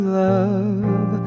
love